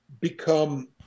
become